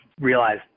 realize